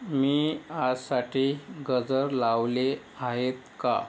मी आजसाठी गजर लावले आहेत का